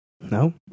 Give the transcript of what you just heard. No